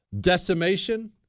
decimation